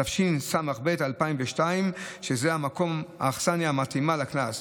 התשס"ב 2002, שזאת האכסניה המתאימה לקנס.